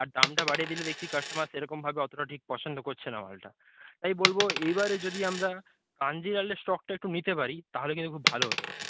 আর দামটা বাড়িয়ে দিলে দেখছি কাস্টমার সে রকম ভাবে অতটা ঠিক পছন্দ করছে না মালটা তাই বলব এ বারে যদি আমরা কাঞ্জিলালের স্টকটা একটু নিতে পারি তা হলে কিন্তু খুব ভালো হতে পারে